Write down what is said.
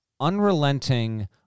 Unrelenting